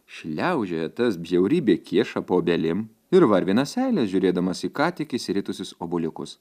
šliaužioja tas bjaurybė kieša po obelim ir varvina seilę žiūrėdamas į ką tik išsiritusius obuoliukus